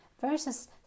Versus